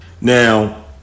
Now